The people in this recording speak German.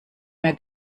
mehr